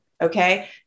okay